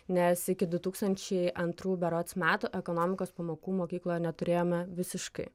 nes iki du tūkstančiai antrų berods metų ekonomikos pamokų mokykloje neturėjome visiškai